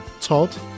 Todd